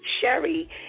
Sherry